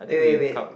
wait wait wait